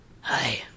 hi